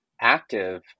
active